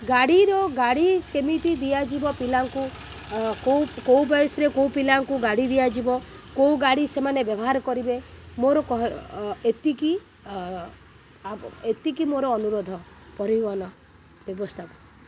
ଗାଡ଼ିର ଗାଡ଼ି କେମିତି ଦିଆଯିବ ପିଲାଙ୍କୁ କେଉଁ କେଉଁ ବୟସରେ କେଉଁ ପିଲାଙ୍କୁ ଗାଡ଼ି ଦିଆଯିବ କେଉଁ ଗାଡ଼ି ସେମାନେ ବ୍ୟବହାର କରିବେ ମୋର କ ଏତିକି ଆ ଏତିକି ମୋର ଅନୁରୋଧ ପରିବହନ ବ୍ୟବସ୍ଥାକୁ